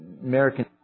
American